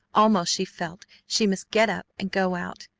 almost she felt she must get up and go out,